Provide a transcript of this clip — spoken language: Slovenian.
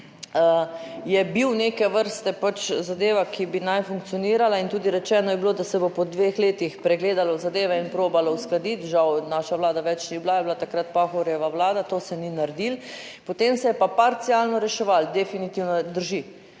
je bil neke vrste pač zadeva, ki bi naj funkcionirala in tudi rečeno je bilo, da se bo po dveh letih pregledalo zadeve in probalo uskladiti, žal naša vlada več ni bila, je bila takrat Pahorjeva vlada, to se ni naredilo, potem se je pa parcialno reševalo, definitivno drži.